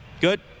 Good